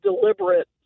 deliberate